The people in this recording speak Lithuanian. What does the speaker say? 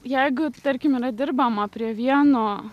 jeigu tarkim yra dirbama prie vieno